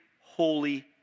holy